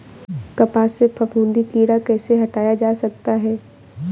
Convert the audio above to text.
कपास से फफूंदी कीड़ा कैसे हटाया जा सकता है?